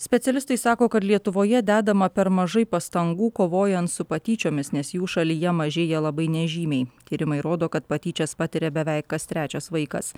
specialistai sako kad lietuvoje dedama per mažai pastangų kovojant su patyčiomis nes jų šalyje mažėja labai nežymiai tyrimai rodo kad patyčias patiria beveik kas trečias vaikas